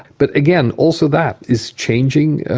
but again also that is changing.